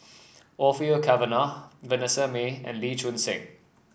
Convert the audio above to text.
Orfeur Cavenagh Vanessa Mae and Lee Choon Seng